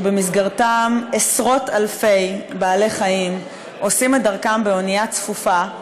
שבמסגרתם עשרות-אלפי בעלי-חיים עושים את דרכם באונייה צפופה,